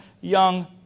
young